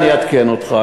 אני אעדכן אותך.